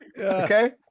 Okay